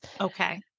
Okay